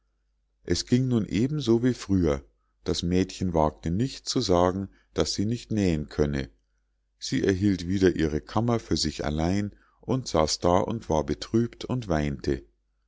es ging nun eben so wie früher das mädchen wagte nicht zu sagen daß sie nicht nähen könne sie erhielt wieder ihre kammer für sich allein und saß da und war betrübt und weinte